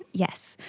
yes.